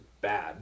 bad